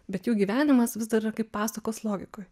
bet jų gyvenimas vis dar yra kaip pasakos logikoj